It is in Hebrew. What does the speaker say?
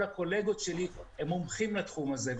גם כל הקולגות שלי שהם מומחים לתחום הזה.